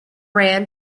ran